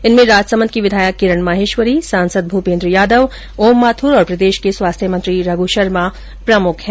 इनमें राजसमंद की विधायक किरण माहेश्वरी सांसद भूपेन्द्र यादव ओम माथुर और प्रदेश के स्वास्थ्य मंत्री रघु शर्मा प्रमुख है